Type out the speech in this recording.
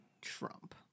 trump